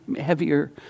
heavier